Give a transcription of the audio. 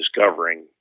discovering